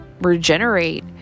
regenerate